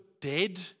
dead